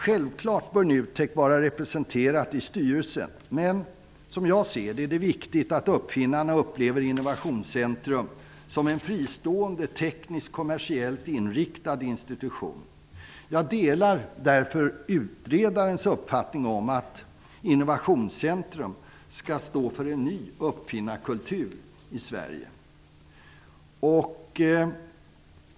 Självklart bör NUTEK vara representerat i styrelsen, men som jag ser det är det viktigt att uppfinnarna upplever Innovationscentrum som en fristående teknisk kommersiellt inriktad institution. Jag delar därför utredarens uppfattning om att Innovationscentrum skall stå för en ny uppfinnarkultur i Sverige.